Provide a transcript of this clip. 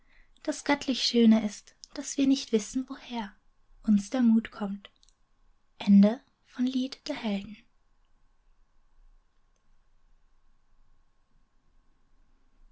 das göttlich schöne ist daß wir nicht wissen woher uns der mut kommt